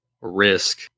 risk